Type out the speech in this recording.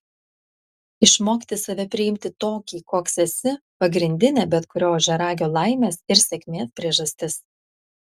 išmokti save priimti tokį koks esi pagrindinė bet kurio ožiaragio laimės ir sėkmės priežastis